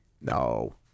No